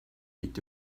liegt